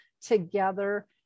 Together